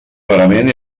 parament